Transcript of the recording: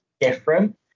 different